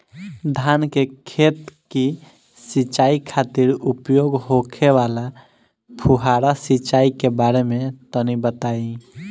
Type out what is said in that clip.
धान के खेत की सिंचाई खातिर उपयोग होखे वाला फुहारा सिंचाई के बारे में तनि बताई?